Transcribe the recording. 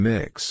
Mix